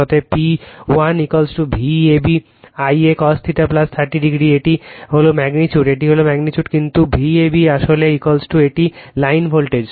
অতএব P1 V ab I a cosθ 30 এটি হল ম্যাগনিটিউড এটি ম্যাগনিটিউড কিন্তু V ab আসলে একটি লাইন ভোল্টেজ